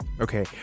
Okay